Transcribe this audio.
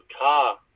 car